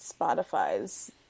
Spotify's